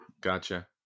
Gotcha